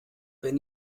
wenn